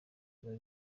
biba